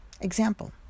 Example